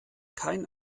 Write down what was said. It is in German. kein